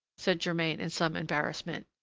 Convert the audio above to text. said germain in some embarrassment.